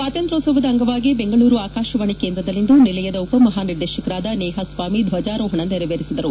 ಸ್ವಾತಂತ್ರ್ಯೋತ್ಸವದ ಅಂಗವಾಗಿ ಬೆಂಗಳೂರು ಆಕಾಶವಾಣಿ ಕೇಂದ್ರದಲ್ಲಿಂದು ನಿಲಯದ ಉಪಮಹಾನಿರ್ದೇಶಕರಾದ ನೇಹಾ ಸ್ವಾಮಿ ಧ್ವಜಾರೋಹಣ ನೆರವೇರಿಸಿದರು